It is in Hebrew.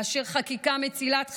לאשר חקיקה מצילת חיים,